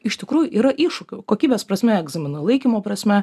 iš tikrųjų yra iššūkių kokybės prasme egzaminų laikymo prasme